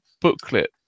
booklet